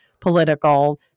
political